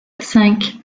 cinq